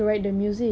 oh